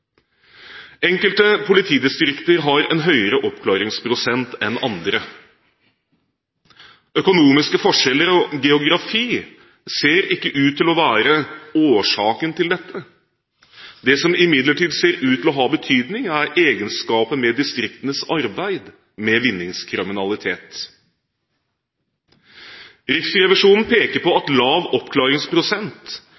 Enkelte politidistrikter har en høyere oppklaringsprosent enn andre. Økonomiske forskjeller og geografi ser ikke ut til å være årsaken til dette. Det som imidlertid ser ut til å ha betydning, er egenskaper med distriktenes arbeid med vinningskriminalitet. Riksrevisjonen peker på at